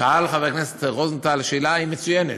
שאל חבר הכנסת רוזנטל שאלה, היא מצוינת,